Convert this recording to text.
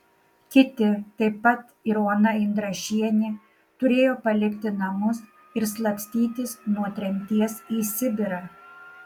kiti taip pat ir ona indrašienė turėjo palikti namus ir slapstytis nuo tremties į sibirą